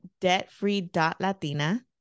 debtfree.latina